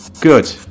Good